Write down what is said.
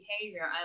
behavior